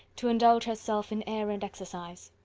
to indulge herself in air and exercise.